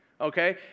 okay